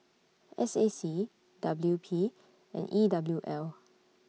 S A C W P and E W L